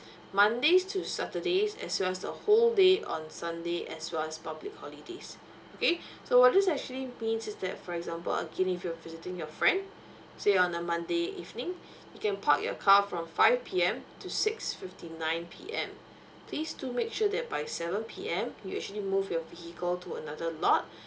mondays to saturdays as well as the whole day on sunday as well as public holidays okay so what this actually means is that for example again if you're visiting your friend say on a monday evening you can park your car from five P_M to six fifty nine P_M please do make sure that by seven P_M you actually move your vehicle to another lot